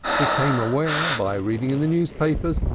became aware, by reading in the newspapers,